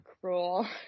cruel